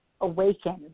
awaken